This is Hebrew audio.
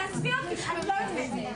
תעזבי אותי, אני לא יוצאת.